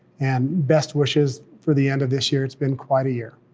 and best wishes for the end of this year. it's been quite a year.